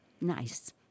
nice